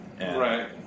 Right